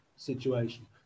situation